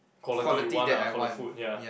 quality you want ah for the food ya